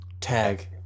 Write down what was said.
Tag